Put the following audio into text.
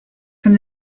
from